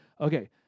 Okay